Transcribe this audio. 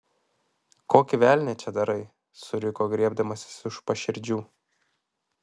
kokį velnią čia darai suriko griebdamasis už paširdžių